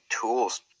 tools